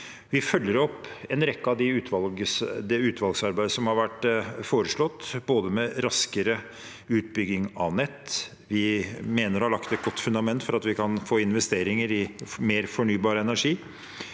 Vi følger opp det utvalgsarbeidet som har vært foreslått med raskere utbygging av nett, vi mener å ha lagt et godt fundament for at vi kan få investeringer i mer fornybar energi,